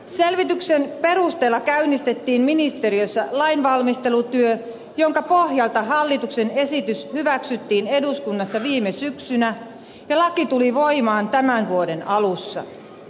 selvityksen perusteella käynnistettiin ministeriössä lainvalmistelutyö jonka pohjalta hallituksen esitys hyväksyttiin eduskunnassa viime syksynä ja laki tuli voimaan tämän vuoden alussa